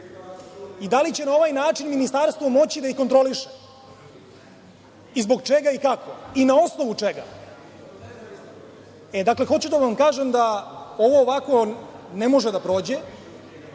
i da li će na ovaj način ministarstvo moći da ih kontroliše i zbog čega i kako i na osnovu čega? Dakle, hoću da vam kažem da ovo ovako ne može da prođe.